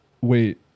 wait